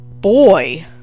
boy